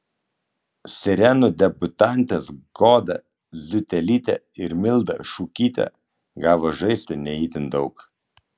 sirenų debiutantės goda ziutelytė ir milda šukytė gavo žaisti ne itin daug